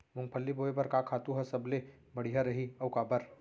मूंगफली बोए बर का खातू ह सबले बढ़िया रही, अऊ काबर?